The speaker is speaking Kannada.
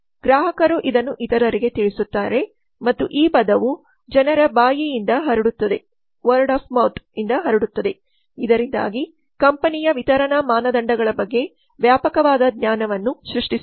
ಗ್ರಾಹಕರು ಇದನ್ನು ಇತರರಿಗೆ ತಿಳಿಸುತ್ತಾರೆ ಮತ್ತು ಈ ಪದವು ಜನರ ಬಾಯಿಯಿಂದ ಹರಡುತ್ತದೆ ಇದರಿಂದಾಗಿ ಕಂಪನಿಯ ವಿತರಣಾ ಮಾನದಂಡಗಳ ಬಗ್ಗೆ ವ್ಯಾಪಕವಾದ ಜ್ಞಾನವನ್ನು ಸೃಷ್ಟಿಸುತ್ತದೆ